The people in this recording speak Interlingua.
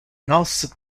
nos